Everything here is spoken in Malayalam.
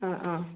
ആ ആ